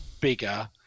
bigger